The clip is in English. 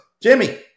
Jimmy